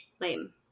lame